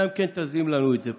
אלא אם כן תזים את זה פה,